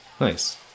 Nice